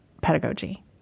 pedagogy